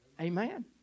Amen